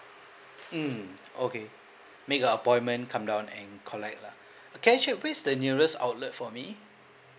mm okay make a appointment come down and collect lah can I check where is the nearest outlet for me